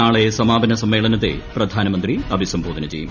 നാളെ സമാപന സമ്മേളനത്തെ പ്രപ്പ്ധാനമന്ത്രി അഭിസംബോധന ചെയ്യും